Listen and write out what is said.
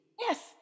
Yes